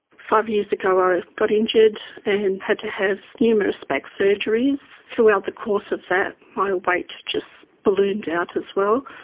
five years ago i got injured and had to have numerous back surgeries. throughout the course of that my weight just ballooned out as well.